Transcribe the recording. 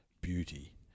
beauty